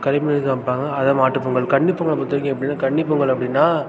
கறி மீன் சமைப்பாங்க அதுதான் மாட்டுப்பொங்கல் கன்னிப்பொங்கல பொறுத்தவரைக்கும் எப்படினா கன்னிப்பொங்கல் அப்படின்னா